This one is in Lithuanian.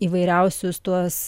įvairiausius tuos